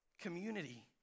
community